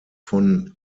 von